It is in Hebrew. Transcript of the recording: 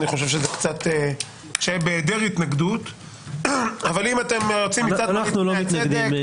אבל אם אתם רוצים אותו,